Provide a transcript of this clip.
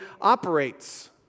operates